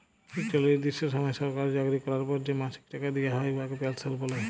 ইকট লিরদিষ্ট সময় সরকারি চাকরি ক্যরার পর যে মাসিক টাকা দিয়া হ্যয় উয়াকে পেলসল্ ব্যলে